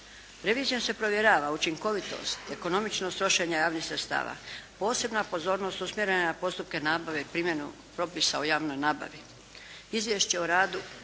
Revizijom se provjere učinkovitost, ekonomičnost trošenja javnih sredstava. Posebna pozornost usmjerena je na postupke nabave i primjenu propisa o javnoj nabavi. Izvješće o radu